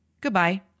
Goodbye